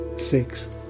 six